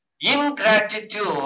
ingratitude